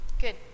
Good